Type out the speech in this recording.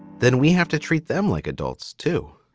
then we have to treat them like adults too